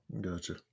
gotcha